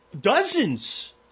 dozens